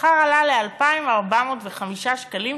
והשכר עלה ל-2,405.25 שקלים.